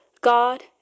God